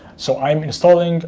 so i'm installing